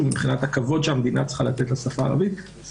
מבחינת הכבוד שהמדינה צריכה לתת לשפה הערבית,